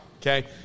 okay